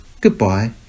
Goodbye